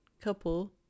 couple